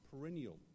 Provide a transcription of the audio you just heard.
perennial